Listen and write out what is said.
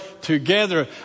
together